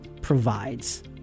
provides